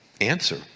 answer